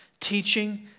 teaching